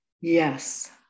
Yes